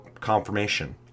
confirmation